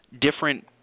different